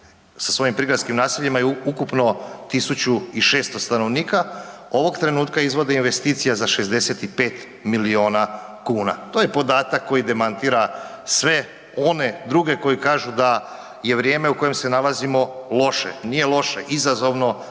Sa svojim prigradskim naseljima je ukupno 1600 stanovnika. Ovog trenutka izvode investicija za 65 milijuna kuna. To je podatak koji demantira sve one druge koji kažu da je vrijeme u kojem se nalazimo loše. Nije loše, izazovno